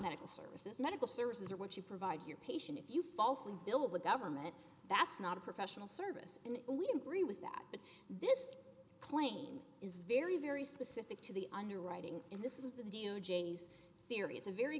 medical services medical services or what you provide your patient if you falsely bill the government that's not a professional service and we agree with that but this claim is very very specific to the underwriting in this was the d o j nice theory it's a very